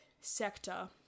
sector